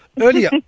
earlier